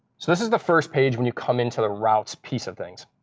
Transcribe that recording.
so this is the first page when you come into the routes piece of things.